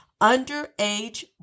underage